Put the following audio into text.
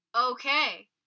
Okay